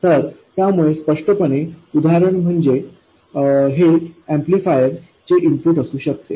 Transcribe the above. तर त्यामुळे स्पष्टपणे उदाहरण म्हणजे हे एम्पलीफायर चे इनपुट असू शकते